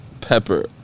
Pepper